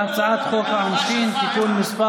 אנחנו מצביעים על הצעת חוק העונשין (תיקון מס'